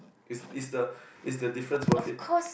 is is the is the difference worth it